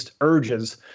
urges